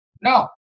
no